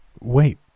wait